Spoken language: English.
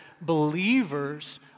believers